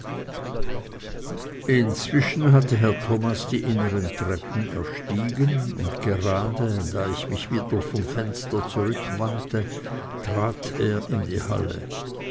inzwischen hatte herr thomas die inneren treppen erstiegen und gerade da ich mich wieder vom fenster zurückwandte trat er in die halle